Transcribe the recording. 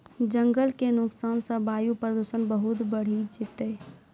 जंगल के नुकसान सॅ वायु प्रदूषण बहुत बढ़ी जैतै